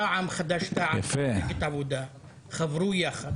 רע"מ חד"ש תע"ל ומפלגת העבודה חברו יחד